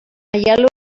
aielo